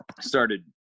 started